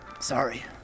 Sorry